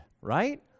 right